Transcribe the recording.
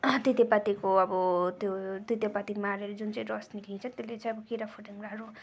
तितेपातिको अब त्यो तितेपाति माडेर जुन चाहिँ रस निस्किन्छ त्यसले चाहिँ अब किराफट्याङ्ग्राहरू